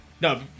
No